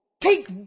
Take